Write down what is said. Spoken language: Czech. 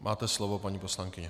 Máte slovo, paní poslankyně.